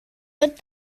but